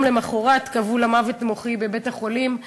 יום למחרת קבעו לה מוות מוחי בבית-החולים.